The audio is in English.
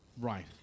Right